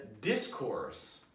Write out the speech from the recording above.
discourse